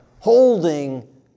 holding